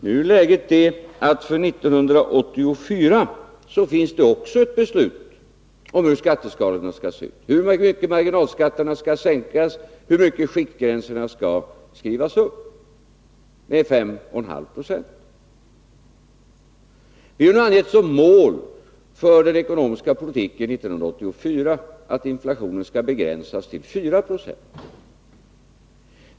Nu är läget att det för 1984 också finns ett beslut om hur skatteskalorna skall se ut, hur mycket marginalskatterna skall sänkas, hur mycket skiktgränserna skall skrivas upp, nämligen med 5,5 9. Vi har angett som mål för den ekonomiska politiken 1984 att inflationen skall begränsas till 4 76.